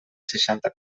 seixanta